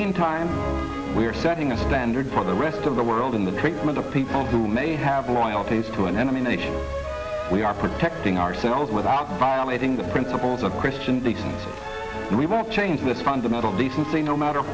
meantime we're setting a standard for the rest of the world in the treatment of people who may have loyalties to an enemy nation we are protecting ourselves without violating the principles of christian dixon's without change the fundamental decency no matter